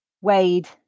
Wade